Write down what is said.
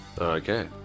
okay